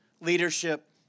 leadership